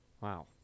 Wow